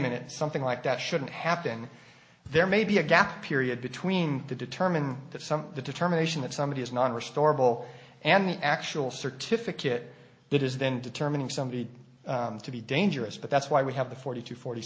minute something like that shouldn't happen there may be a gap period between to determine that some of the determination that somebody is not restorable and the actual certificate it is then determining somebody to be dangerous but that's why we have the forty to forty